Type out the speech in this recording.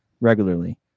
Regularly